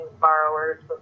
borrowers